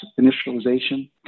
initialization